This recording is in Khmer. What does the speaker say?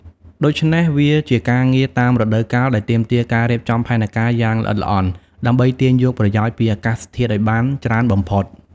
ដូច្នេះ វាជាការងារតាមរដូវកាលដែលទាមទារការរៀបចំផែនការយ៉ាងល្អិតល្អន់ដើម្បីទាញយកប្រយោជន៍ពីអាកាសធាតុឲ្យបានច្រើនបំផុត។